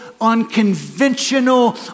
unconventional